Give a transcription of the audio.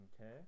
Okay